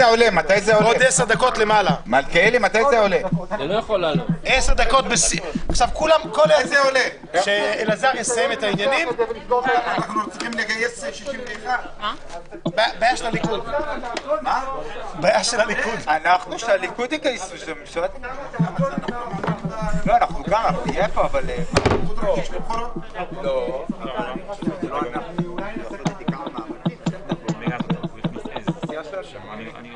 21:50.